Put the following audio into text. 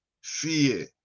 fear